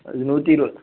நூற்றி இருபது